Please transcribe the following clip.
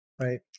right